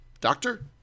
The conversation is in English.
Doctor